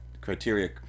Criteria